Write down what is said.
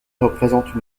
représente